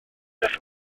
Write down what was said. eich